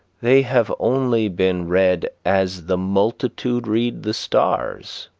they have only been read as the multitude read the stars,